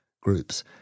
groups